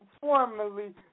formerly